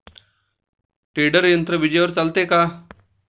Tedder यंत्र विजेवर चालते का?